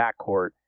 backcourt